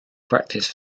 practice